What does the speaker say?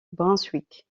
brunswick